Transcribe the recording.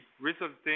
resulting